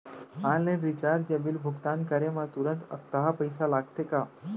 Online recharge या bill भुगतान करे मा तुरंत अक्तहा पइसा लागथे का?